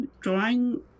drawing